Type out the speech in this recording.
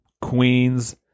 Queens